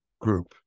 group